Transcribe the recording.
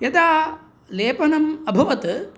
यदा लेपनम् अभवत्